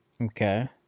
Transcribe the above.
Okay